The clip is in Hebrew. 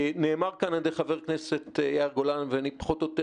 נאמר כאן על-ידי חבר הכנסת יאיר גולן ואני פחות או יותר